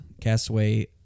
Castaway